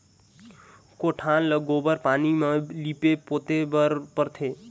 कोठार ल गोबर पानी म लीपे पोते बर परथे